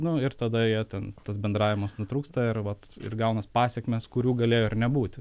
nu ir tada jie ten tas bendravimas nutrūksta ir vat ir gaunas pasekmes kurių galėjo ir nebūti